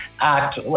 act